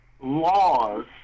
laws